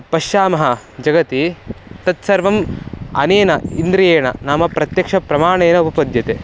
पश्यामः जगति तत्सर्वम् अनेन इन्द्रियेण नाम प्रत्यक्षप्रमाणेन उपपद्यते